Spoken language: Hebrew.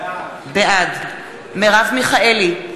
בעד מרב מיכאלי,